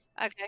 Okay